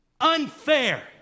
unfair